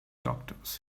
doctors